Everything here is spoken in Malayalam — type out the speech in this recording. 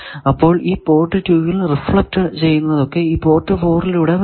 അപ്പോൾ ഈ പോർട്ട് 2 ൽ റിഫ്ലക്ട് ചെയ്യുന്നതൊക്കെ ഈ പോർട്ട് 4 ലൂടെ വരുന്നു